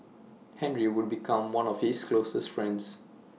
Henry would become one of his closest friends